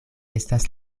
estas